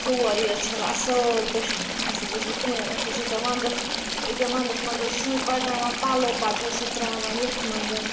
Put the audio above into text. سورُے حظ چھَلان اَصٕل پٲٹھۍ اَسہِ حظ ٲس نہٕ کِہیٖنۍ اَسہِ حظ چھِ آسان وَنٛدَس ایٚکیٛاہ وَنٛدَس منٛز حظ شُرۍ بَرناوان پَلو پَتہٕ حظ سُہ ترٛاوان یَتھ منٛز